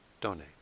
donate